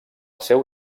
seu